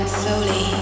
slowly